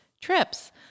trips